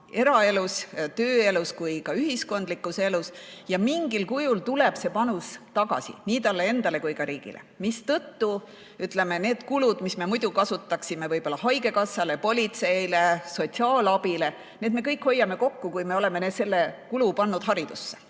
eraelus, tööelus kui ka ühiskondlikus elus. Mingil kujul tuleb see panus tagasi, nii talle endale kui ka riigile, mistõttu, ütleme, kõik need kulutused, mis me muidu teeksime haigekassale, politseile, sotsiaalabile, me hoiame kokku, kui me oleme selle kulu pannud haridusse.